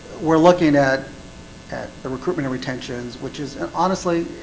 we're looking at at the recruitment of retentions which is and honestly,